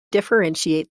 differentiate